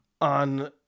on